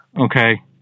Okay